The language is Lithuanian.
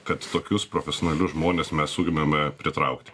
kad tokius profesionalius žmones mes sugebame pritraukti